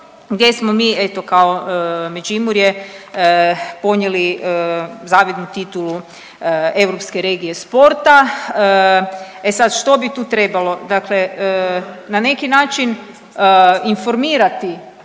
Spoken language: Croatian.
gdje smo mi eto kao Međimurje ponijeli zavidnu titulu Europske regije sporta. E sad što bi tu trebalo? Dakle, na neki način informirati